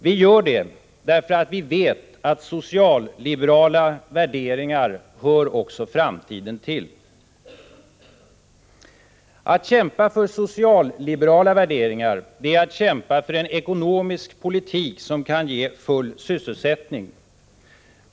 Vi gör det därför att vi också vet att socialliberala värderingar hör framtiden till. Att kämpa för socialliberala värderingar är att kämpa för en ekonomisk politik som kan ge full sysselsättning.